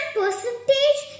percentage